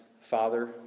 father